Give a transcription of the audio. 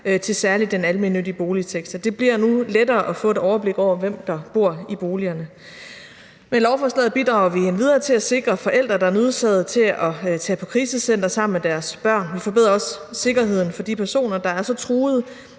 til særlig den almennyttige boligsektor. Det bliver nu lettere at få et overblik over, hvem der bor i boligerne. Med lovforslaget bidrager vi endvidere til at sikre forældre, der er nødsaget til at tage på krisecenter sammen med deres børn. Vi forbedrer også sikkerheden for de personer, der er så truede,